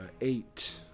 Eight